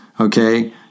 okay